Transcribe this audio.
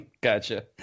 Gotcha